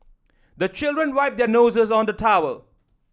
the children wipe their noses on the towel